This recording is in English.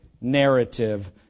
narrative